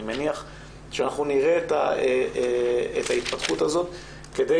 אני מניח שאנחנו נראה את ההתפתחות הזאת כדי